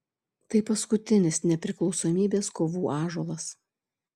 tai paskutinis nepriklausomybės kovų ąžuolas